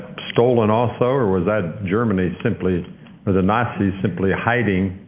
stolen also or was that germany simply or the nazis simply hiding